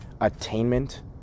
attainment